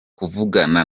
kuvugana